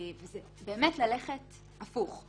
וזה באמת ללכת הפוך.